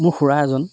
মোৰ খুৰা এজন